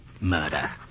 murder